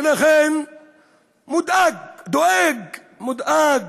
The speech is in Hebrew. ולכן הוא דואג, מודאג,